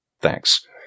thanks